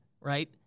right